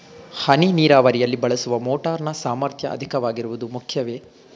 ಹನಿ ನೀರಾವರಿಯಲ್ಲಿ ಬಳಸುವ ಮೋಟಾರ್ ನ ಸಾಮರ್ಥ್ಯ ಅಧಿಕವಾಗಿರುವುದು ಮುಖ್ಯವೇ?